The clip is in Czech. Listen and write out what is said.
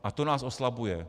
A to nás oslabuje.